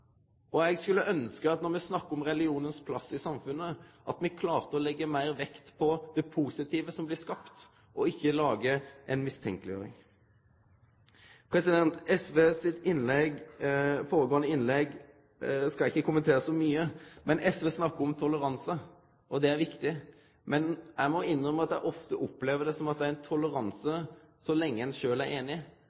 Når me snakkar om religionens plass i samfunnet, skulle eg ønskje at me klarte å leggje meir vekt på det positive som blir skapt, og ikkje på mistenkeleggjering. SV sitt innlegg no skal eg ikkje kommentere så mykje, men SV snakkar om toleranse, og det er viktig. Men eg må innrømme at eg ofte opplever det som at det er ein toleranse så lenge ein sjølv er